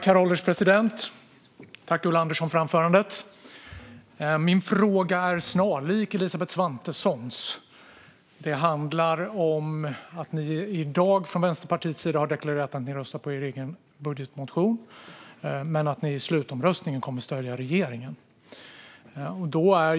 Herr ålderspresident! Tack, Ulla Andersson, för anförandet! Min fråga är snarlik Elisabeth Svantessons. Det handlar om att ni från Vänsterpartiets sida i dag har deklarerat att ni röstar på er egen budgetmotion men att ni i slutomröstningen kommer att stödja regeringen.